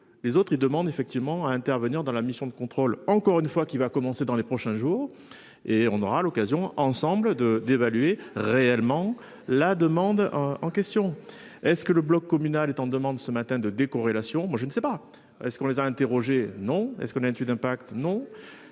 les autres ils demandent effectivement à intervenir dans la mission de contrôle. Encore une fois qui va commencer dans les prochains jours et on aura l'occasion ensembles de d'évaluer réellement la demande en question est-ce que le bloc communal étant demande ce matin de décorrélation moi je ne sais pas ce qu'on les a interrogés, non. Est ce qu'on avait eu d'impact. Non